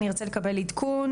אני ארצה לקבל עדכון,